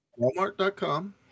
Walmart.com